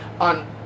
on